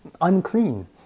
unclean